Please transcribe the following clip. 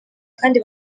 kandi